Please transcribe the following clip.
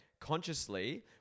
consciously